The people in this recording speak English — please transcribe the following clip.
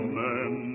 man